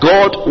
God